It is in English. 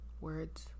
Words